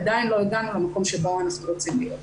עדיין לא הגענו למקום שבו אנחנו רוצים להיות.